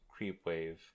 Creepwave